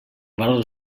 valor